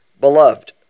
Beloved